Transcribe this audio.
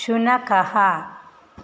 शुनकः